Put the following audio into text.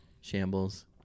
shambles